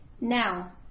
Now